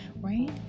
right